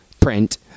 print